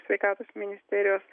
sveikatos ministerijos